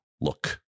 Look